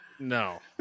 No